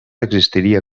existiria